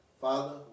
Father